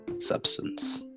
substance